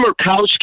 Murkowski